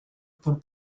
por